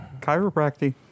chiropractic